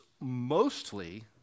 mostly